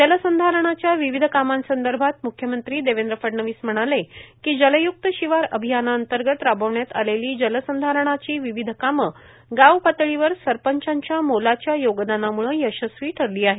जलसंधारणाच्या विविध कामांसंदर्भात म्ख्यमंत्री देवेंद्र फडणवीस म्हणाले जलय्क्त शिवार अभियानांतर्गंत राबविण्यात आलेली जलसंधारणाची विविध कामे गावपातळीवर सरपंचांच्या मोलाच्या योगदानामुळे यशस्वी ठरली आहेत